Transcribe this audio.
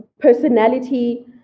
personality